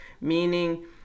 Meaning